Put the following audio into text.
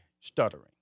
stuttering